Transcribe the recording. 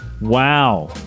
Wow